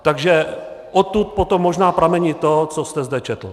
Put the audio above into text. Takže odtud potom možná pramení to, co jste zde četl.